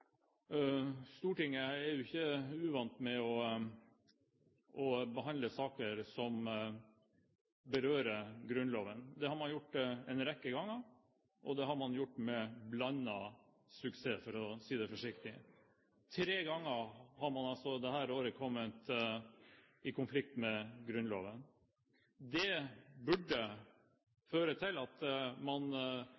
Stortinget er jo ikke uvant med å behandle saker som berører Grunnloven. Det har man gjort en rekke ganger, og det har man gjort med blandet suksess, for å si det forsiktig. Tre ganger dette året har man kommet i konflikt med Grunnloven. Det burde